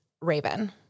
raven